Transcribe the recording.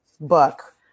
book